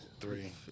Three